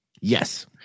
Yes